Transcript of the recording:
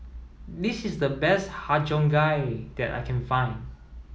this is the best Har Cheong Gai that I can find